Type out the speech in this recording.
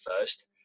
first